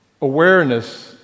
awareness